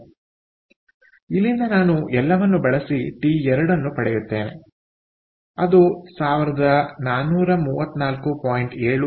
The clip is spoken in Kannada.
ಆದ್ದರಿಂದ ಇಲ್ಲಿಂದ ನಾನು ಎಲ್ಲವನ್ನೂ ಬಳಸಿ ಟಿ2 ಅನ್ನು ಪಡೆಯುತ್ತೇನೆ 1434